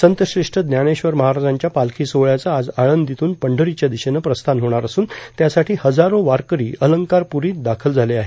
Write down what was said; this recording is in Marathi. संतश्रेष्ठ ज्ञानेश्वर महाराजांच्या पालखी सोहळ्याचं आज आळंदीतून पंढरीच्या दिशेनं प्रस्थान होणार असून त्यासाठी हजारो वारकरी अलंकारपुरीत दाखल झाले आहेत